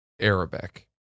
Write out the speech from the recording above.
Arabic